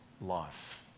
life